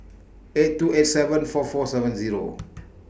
eight two eight seven four four seven Zero